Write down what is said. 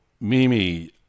Mimi